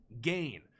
gain